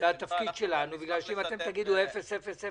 זה התפקיד שלנו כי אם אתם תגידו 0.000,